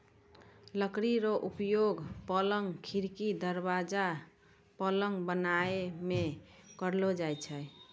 लकड़ी रो उपयोगक, पलंग, खिड़की, दरबाजा, पलंग बनाय मे करलो जाय छै